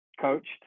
Coached